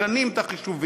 משנים את החישובים.